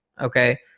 okay